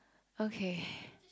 okay